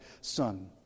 son